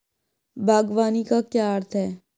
बागवानी का क्या अर्थ है?